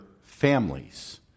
families